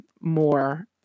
more